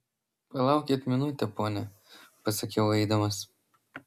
palaukit minutę pone pasakiau eidamas